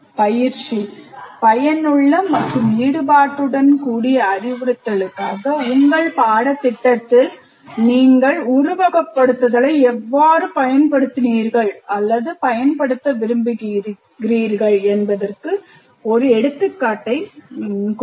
பயிற்சி பயனுள்ள மற்றும் ஈடுபாட்டுடன் கூடிய அறிவுறுத்தலுக்காக உங்கள் பாடத்திட்டத்தில் நீங்கள் உருவகப்படுத்துதலை எவ்வாறு பயன்படுத்தினீர்கள் அல்லது பயன்படுத்த விரும்புகிறீர்கள் என்பதற்கு ஒரு எடுத்துக்காட்டை கொடுங்கள்